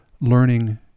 learning